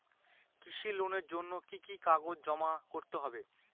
কৃষি লোনের জন্য কি কি কাগজ জমা করতে হবে?